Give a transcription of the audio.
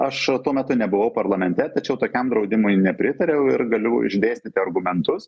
aš tuo metu nebuvau parlamente tačiau tokiam draudimui nepritariau ir galiu išdėstyti argumentus